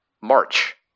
March